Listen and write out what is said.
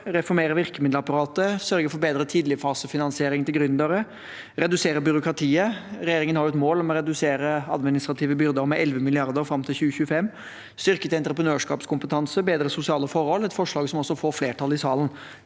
reformere virkemiddelapparatet, sørge for bedre tidligfasefinansiering til gründere, redusere byråkratiet – regjeringen har et mål om å redusere administrative byrder med 11 mrd. kr fram til 2025 – styrke entreprenørskapskompetansen og bedre de sosiale forholdene, et forslag som også får flertall i salen.